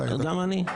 גם אני,